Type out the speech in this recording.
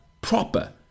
Proper